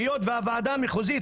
היות והוועדה המחוזית,